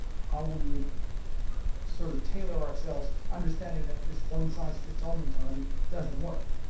how we would sort of tailor ourselves, understanding that this one size fits all mentality doesn't work.